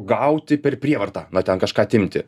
gauti per prievartą na ten kažką atimti